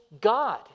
God